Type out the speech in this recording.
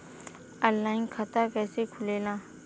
Online खाता कइसे खुलेला?